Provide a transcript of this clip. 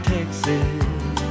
Texas